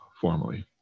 formally